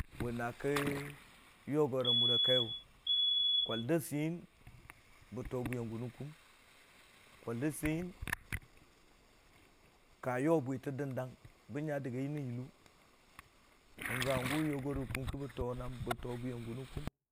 Wʊ na ki yogorə mura kaiyʊ kwa da seiyən bə too bwiyang gʊ nən kʊm, kwa seiyəng ka yo bwitə dəndang, bə nga dagi nən yullo hangʊ yogorə ki bə too naam ki bə roo bwi yang gʊ, nən kʊm.